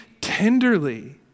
tenderly